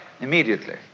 immediately